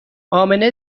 امنه